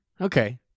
Okay